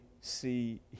see